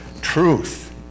truth